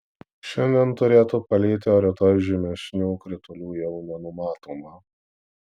šiandien turėtų palyti o rytoj žymesnių kritulių jau nenumatoma